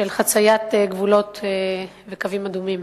של חציית גבולות וקווים אדומים.